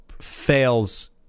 fails